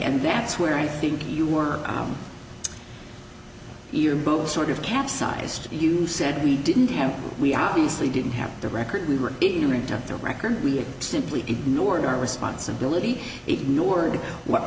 and that's where i think you were we're both sort of capsized you said we didn't have we obviously didn't have the record we were ignorant of the record we simply ignored our responsibility ignored what